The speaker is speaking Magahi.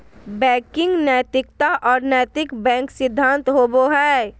बैंकिंग नैतिकता और नैतिक बैंक सिद्धांत होबो हइ